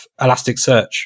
Elasticsearch